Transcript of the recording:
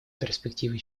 перспективы